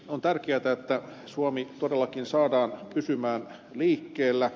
on tärkeätä että suomi todellakin saadaan pysymään liikkeellä